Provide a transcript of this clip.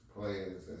players